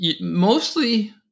mostly